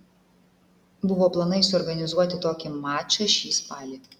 buvo planai suorganizuoti tokį mačą šį spalį